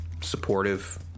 supportive